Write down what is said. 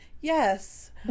yes